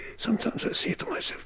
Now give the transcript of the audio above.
sometimes i say to myself,